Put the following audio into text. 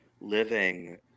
living